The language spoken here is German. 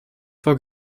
vor